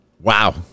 Wow